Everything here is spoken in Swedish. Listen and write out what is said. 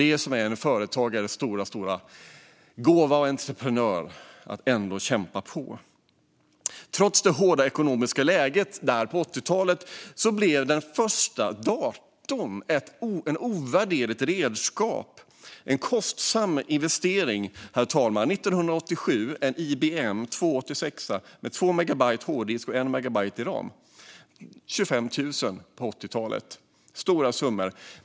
Det som är företagarens och entreprenörens stora gåva är att ändå kämpa på. Trots det hårda ekonomiska läget på 80-talet blev den första datorn ett ovärderligt redskap. Det var en kostsam investering 1987, herr talman - en IBM 286 med en hårddisk på 2 megabyte och 1 megabyte RAM. Den kostade 25 000, och det var stora summor på 80-talet.